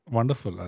Wonderful